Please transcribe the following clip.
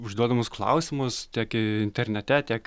užduodamus klausimus tiek internete tiek